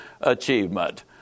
achievement